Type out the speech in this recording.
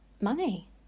money